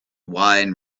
wine